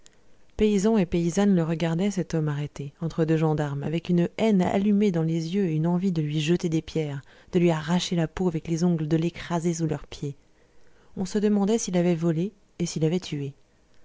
paysans et paysannes le regardaient cet homme arrêté entre deux gendarmes avec une haine allumée dans les yeux et une envie de lui jeter des pierres de lui arracher la peau avec les ongles de l'écraser sous leurs pieds on se demandait s'il avait volé et s'il avait tué